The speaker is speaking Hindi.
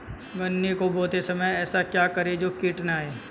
गन्ने को बोते समय ऐसा क्या करें जो कीट न आयें?